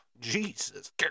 Jesus